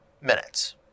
minutes